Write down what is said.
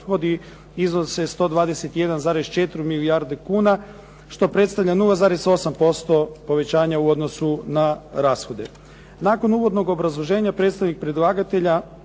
rashodi iznose 121,4 milijarde kuna što predstavlja 0,8% povećanja u odnosu na rashode. Nakon uvodnog obrazloženja predstavnika predlagatelja